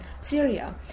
Syria